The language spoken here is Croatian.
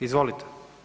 Izvolite.